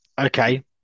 Okay